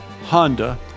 Honda